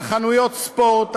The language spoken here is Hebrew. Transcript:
על חנויות ספורט,